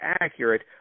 accurate